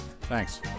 Thanks